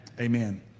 amen